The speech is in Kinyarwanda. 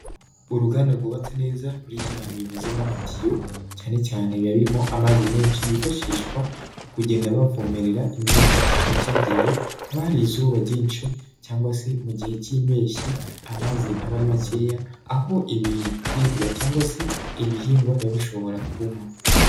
Uruganda rwubatse neza ruriho ibintu bimeze nk'amatiyo cyane cyane aba arimo amazi menshi. Yifashishwa mu kugenda bavomerera imyaka. Muri cya gihe haba hari izuba ryinshi cyangwa se mu gihe k'impeshyi. Amazi aba makeya aho ibiribwa cyangwa se ibihingwa biba bishobora kuma.